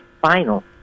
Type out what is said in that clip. final